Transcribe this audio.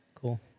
cool